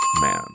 Man